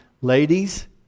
Ladies